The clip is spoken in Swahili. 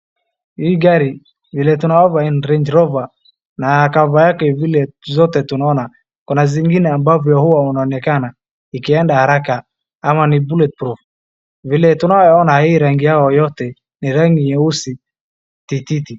Hii gari, tunavyoona ni Range Rover na cover yake zote tunavyoona, zingine ambavyo hua inaonekana, ikienda haraka ama ni bullet proof , vile tunayoona hii rangi yao yote, ni rangi nyeusi tititi.